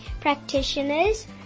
practitioners